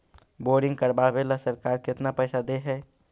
Boring करबाबे ल सरकार केतना पैसा दे है?